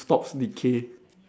stops decay